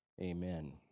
Amen